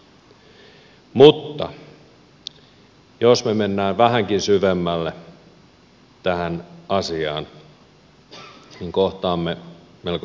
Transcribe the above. mutta jos me menemme vähänkin syvemmälle tähän asiaan niin kohtaamme melkoisia ongelmia